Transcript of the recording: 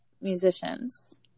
musicians